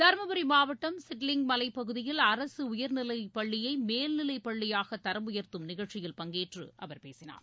தருமபுரி மாவட்டம் சிட்லிங் மலைப்பகுதியில் அரசு உயர்நிலைப்பள்ளியை மேல்நிலை பள்ளியாக தரம் உயர்த்தும் நிகழ்ச்சியில் பங்கேற்று அவர் பேசினார்